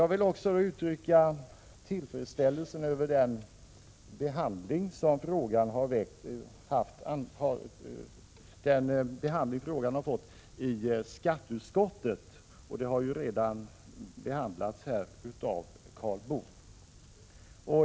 Jag vill också uttrycka tillfredsställelse över den behandling som frågan har fått i skatteutskottet, något som redan framhållits här av Karl Boo.